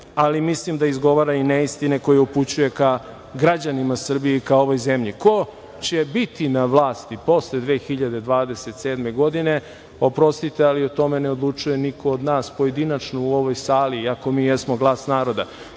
ali mislim da izgovara i neistine koje upućuje ka građanima Srbije i ka ovoj zemlji. Ko će biti na vlasti posle 2027. godine, oprostite, ali o tome ne odlučuje niko od nas pojedinačno u ovoj sali, iako mi jesmo glas naroda.